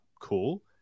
Cool